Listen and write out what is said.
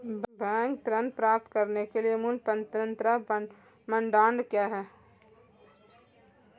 Bank ऋण प्राप्त करने के लिए मूल पात्रता मानदंड क्या हैं?